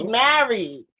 married